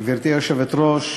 גברתי היושבת-ראש,